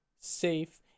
safe